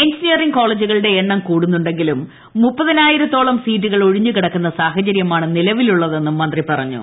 engineering കോളേജുകളുടെ എണ്ണം കൂടുന്നുണ്ടെങ്കിലും മുപ്പതിനായിരത്തോളം സീറ്റുകൾ ഒഴിഞ്ഞു കിടക്കുന്ന സാഹചര്യമാണ് നിലവിലുള്ളതെന്നും മന്ത്രി പറഞ്ഞു